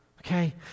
okay